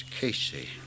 Casey